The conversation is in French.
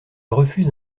refuse